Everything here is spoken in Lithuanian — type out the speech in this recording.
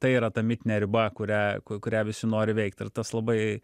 tai yra ta mitinė riba kurią ku kurią visi nori įveikt ir tas labai